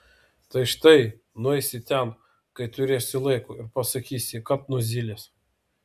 tai štai nueisi ten kai turėsi laiko ir pasakysi kad nuo zylės